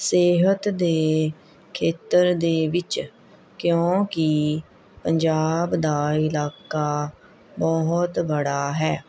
ਸਿਹਤ ਦੇ ਖੇਤਰ ਦੇ ਵਿੱਚ ਕਿਉਂਕਿ ਪੰਜਾਬ ਦਾ ਇਲਾਕਾ ਬਹੁਤ ਬੜਾ ਹੈ